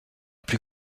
plus